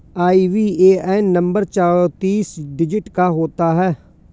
IBAN number चौतीस digit का होता है